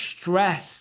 stress